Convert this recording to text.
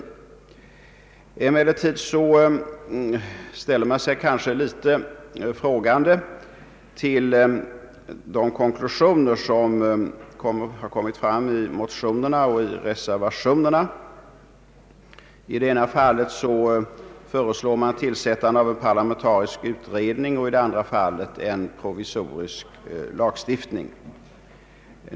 Emellertid ställer jag mig kanske litet frågande till de konklusioner som har kommit fram i motionerna och i reservationen. I det ena fallet föreslår man tillsättande av en parlamentarisk utredning och i det andra fallet en provisorisk lagstiftning.